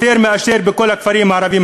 יותר מאשר בכל הכפרים הערביים,